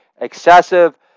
excessive